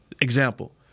Example